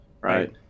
Right